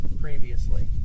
previously